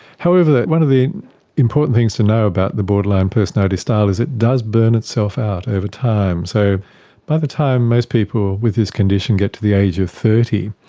however, one of the important things to know about the borderline personality style is it does burn itself out over time. so by the time most people with this condition get to the age of thirty,